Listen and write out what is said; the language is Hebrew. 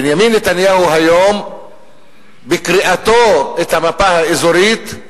בנימין נתניהו היום בקריאתו את המפה האזורית,